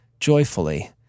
joyfully